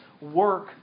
work